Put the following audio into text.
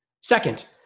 Second